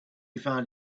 found